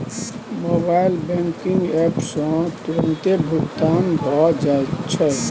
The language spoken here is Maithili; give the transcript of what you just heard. मोबाइल बैंकिंग एप सँ तुरतें भुगतान भए जाइत छै